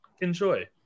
Enjoy